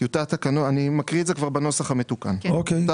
משרת